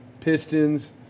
pistons